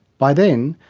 by then,